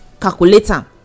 calculator